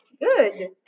Good